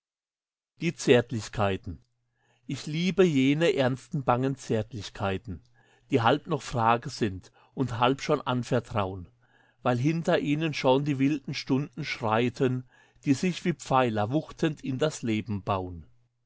frühling hin ich liebe jene ersten bangen zärtlichkeiten die halb noch frage sind und halb schon anvertraun weil hinter ihnen schon die wilden stunden schreiten die sich wie pfeiler wuchtend in das leben baun